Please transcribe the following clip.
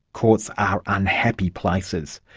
courts are unhappy places.